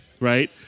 right